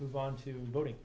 move on to voting